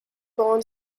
bon